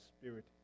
spirit